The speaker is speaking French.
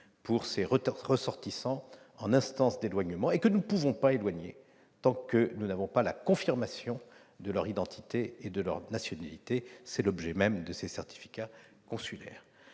pour ses ressortissants en instance d'éloignement et que nous ne pouvons pas éloigner tant que nous n'avons pas la confirmation de leur identité et de leur nationalité. C'est l'objet même de ces certificats consulaires.